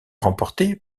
remportée